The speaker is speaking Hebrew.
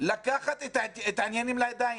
לקחת את העניינים לידיים.